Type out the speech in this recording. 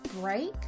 break